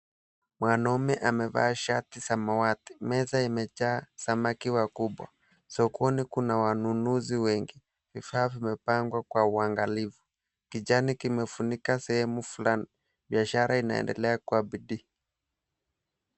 Mwanaume amevaa shati samawati. Meza imejaa samaki wakubwa. Sokoni kuna wanunuzi wengi. Vifaa vimepangwa kwa uangalifu. Kijani kimefunika sehemu fulani. Biashara inaendelea kwa bidii.